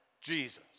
Jesus